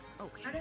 Okay